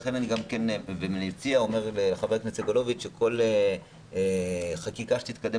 לכן אני גם מציע ואומר לח"כ סגלוביץ שכל חקיקה שתתקדם